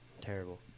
Terrible